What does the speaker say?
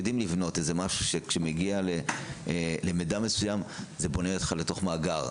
יודעים לבנות איזה משהו שכשמגיע למידע מסוים זה בונה אותך לתוך מאגר.